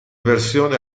versione